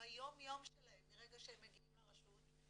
ביום-יום שלהם, מרגע שהם מגיעים לרשות,